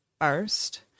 first